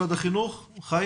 משרד החינוך, חיים?